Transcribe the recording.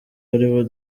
aribo